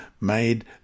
made